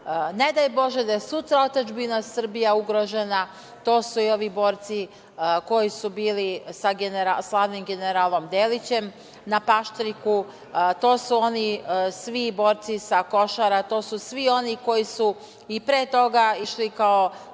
ne daj bože da je sutra otadžbina Srbija ugrožena, to su i ovi borci koji su bili sa slavnim generalom Delićem na Paštriku, to su oni svi borci sa Košara, to su svi oni koji su i pre toga išli kao